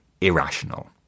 irrational